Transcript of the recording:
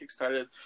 kickstarted